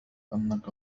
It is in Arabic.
أنك